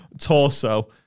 torso